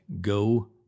go